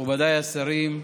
מכובדי השרים,